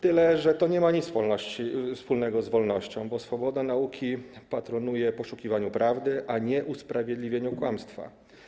Tyle, że to nie ma nic wspólnego z wolnością, bo swoboda nauki patronuje poszukiwaniu prawdy, a nie usprawiedliwieniu kłamstwa.